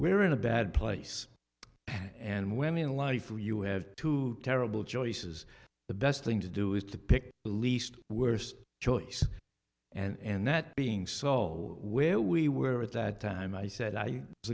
we're in a bad place and when we in life where you have to terrible choices the best thing to do is to pick the least worst choice and that being saw where we were at that time i said i was